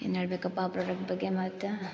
ಏನ್ ಹೇಳಬೇಕಪ್ಪ ಪ್ರಾಡಕ್ಟ್ ಬಗ್ಗೆ ಮತ್ತು